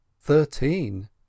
thirteen